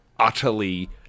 utterly